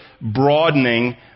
broadening